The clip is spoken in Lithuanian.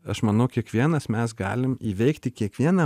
aš manau kiekvienas mes galim įveikti kiekvieną